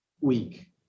week